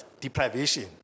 Deprivation